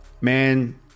Man